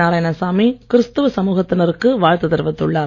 நாராயணசாமி கிறிஸ்துவ சமுகத்தினருக்கு வாழ்த்து தெரிவித்துள்ளார்